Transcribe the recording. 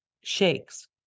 shakes